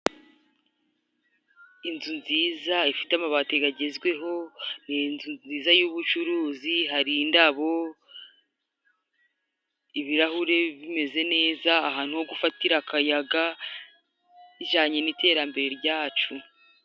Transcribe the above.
Inzu nziza ifite amabati agezweho. Ni inzu nziza y'ubucuruzi. Hari indabo, ibirahuri bimeze neza, ahantu ho gufatira akayaga. Ijyanye n'iterambere ryacu.